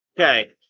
Okay